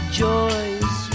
joys